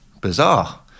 bizarre